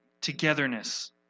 Togetherness